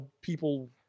people